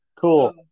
cool